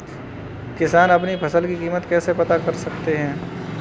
किसान अपनी फसल की कीमत कैसे पता कर सकते हैं?